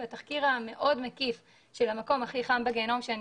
בתחקיר המאוד מקיף של "המקום הכי חם בגיהינום" שאני